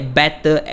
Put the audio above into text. better